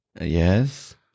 Yes